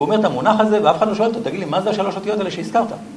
הוא אומר את המונח הזה ואף אחד לא שואל אותו, תגיד לי מה זה השלוש אותיות האלה שהזכרת?